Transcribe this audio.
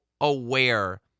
aware